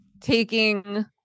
taking